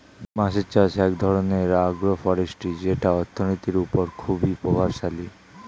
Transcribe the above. বাঁশের চাষ এক ধরনের আগ্রো ফরেষ্ট্রী যেটা অর্থনীতির ওপর খুবই প্রভাবশালী